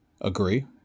agree